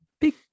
big